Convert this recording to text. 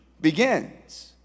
begins